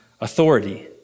authority